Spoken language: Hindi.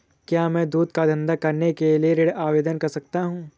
क्या मैं दूध का धंधा करने के लिए ऋण आवेदन कर सकता हूँ?